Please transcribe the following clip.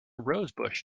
rosebush